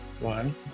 one